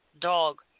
dog